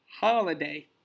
holiday